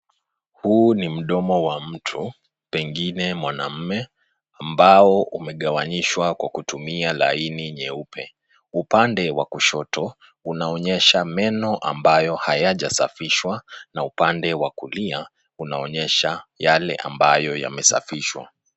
Huu ni mdomo wa mtu, pengine mwanamume, ambao umegawanyishwa kwa kutumia laini nyeupe. Upande wa kushoto, unaonyesha meno ambayo hayajasafishwa, na upande wa kulia, unaonyesha yale ambayo yamesafishwa.